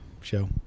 show